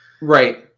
Right